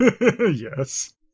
Yes